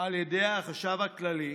על ידי החשב הכללי,